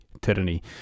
tyranny